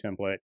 template